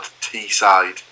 T-side